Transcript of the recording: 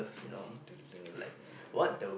easy to love uh